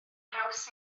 haws